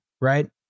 right